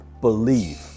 Believe